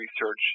research